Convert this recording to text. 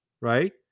right